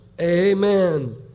Amen